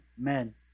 men